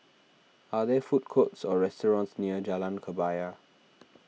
are there food courts or restaurants near Jalan Kebaya